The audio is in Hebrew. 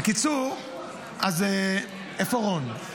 בקיצור, אז איפה רון?